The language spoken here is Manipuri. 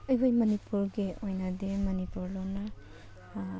ꯑꯩꯈꯣꯏ ꯃꯅꯤꯄꯨꯔꯒꯤ ꯑꯣꯏꯅꯗꯤ ꯃꯅꯤꯄꯨꯔ ꯂꯣꯟꯅ